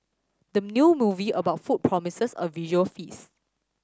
the new movie about food promises a visual feast